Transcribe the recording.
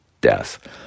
death